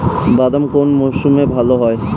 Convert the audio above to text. বাদাম কোন মরশুমে ভাল হয়?